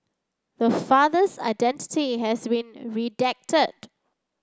the father's identity has been redacted